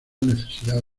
necesidad